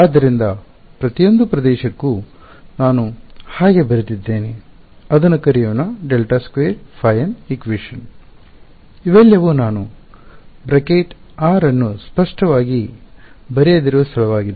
ಆದ್ದರಿಂದ ಪ್ರತಿಯೊಂದು ಪ್ರದೇಶಕ್ಕೂ ನಾನು ಹಾಗೆ ಬರೆದಿದ್ದೇನೆ ಅದನ್ನು ಕರೆಯೋಣ ∇2ϕn kn2 ϕ Qn ಇವೆಲ್ಲವೂ ನಾನು ಬ್ರಾಕೆಟ್ r ಅನ್ನು ಸ್ಪಷ್ಟವಾಗಿ ಬರೆಯದಿರುವ ಸ್ಥಳವಾಗಿದೆ